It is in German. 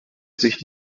sich